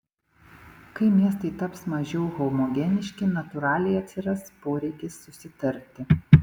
kai miestai taps mažiau homogeniški natūraliai atsiras poreikis susitarti